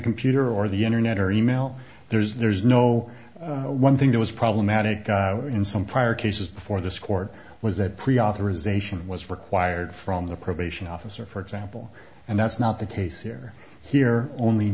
computer or the internet or email there's no one thing that was problematic in some prior cases before this court was that pre authorization was required from the probation officer for example and that's not the case here here only